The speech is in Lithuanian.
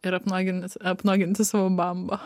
ir apnuogintis apnuoginti savo bambą